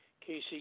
Casey